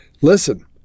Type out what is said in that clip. Listen